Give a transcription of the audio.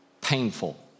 painful